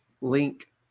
link